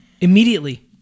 immediately